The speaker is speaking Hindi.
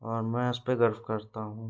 और मैं उसपे गर्व करता हूँ